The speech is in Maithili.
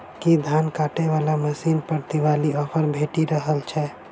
की धान काटय वला मशीन पर दिवाली ऑफर भेटि रहल छै?